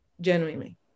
genuinely